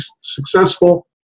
successful